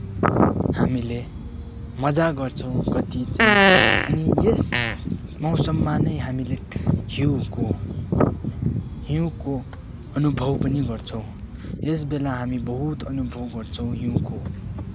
हामीले मजा गर्छौँ कति चाहिँ अनि यस मौसममा नै हामीले हिउँको हिउँको अनुभव पनि गर्छौँ यसबेला हामी बहुत अनुभव गर्छौँ हिउँको